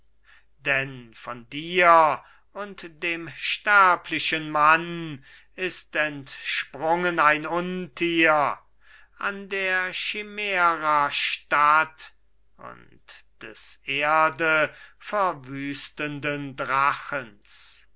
denn von dir und dem sterblichen mann ist entsprungen ein untier an der chimära statt und des erdeverwüstenden